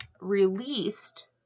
released